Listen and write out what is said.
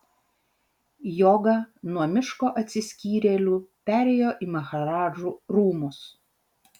joga nuo miško atsiskyrėlių perėjo į maharadžų rūmus